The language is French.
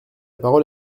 parole